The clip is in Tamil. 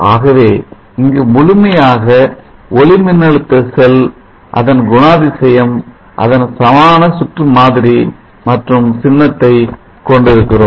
ஆகவே இங்கு முழுமையான ஒளிமின்னழுத்த செல் அதன் குணாதிசயம் அதன் சமான சுற்று மாதிரி மற்றும் சின்னத்தை கொண்டிருக்கிறோம்